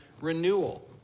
renewal